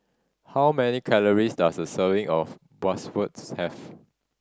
how many calories does a serving of Bratwurst have